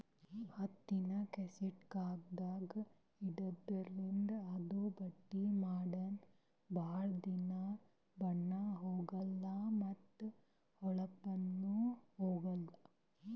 ಹತ್ತಿನಾ ಕಾಸ್ಟಿಕ್ದಾಗ್ ಇಡಾದ್ರಿಂದ ಅದು ಬಟ್ಟಿ ಮಾಡನ ಭಾಳ್ ದಿನಾ ಬಣ್ಣಾ ಹೋಗಲಾ ಮತ್ತ್ ಹೋಳಪ್ನು ಹೋಗಲ್